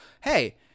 Hey